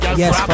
yes